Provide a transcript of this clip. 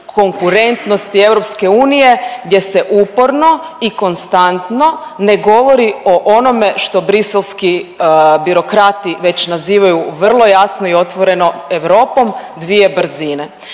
konkurentnosti EU gdje se uporno i konstantno ne govori o onome što briselski birokrati već nazivaju vrlo jasno i otvoreno Europom dvije brzine.